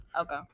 Okay